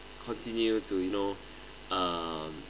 continue to you know um